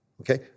okay